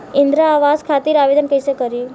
इंद्रा आवास खातिर आवेदन कइसे करि?